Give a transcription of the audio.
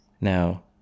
now